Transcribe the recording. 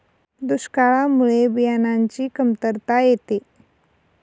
दुष्काळामुळे बियाणांची कमतरता येते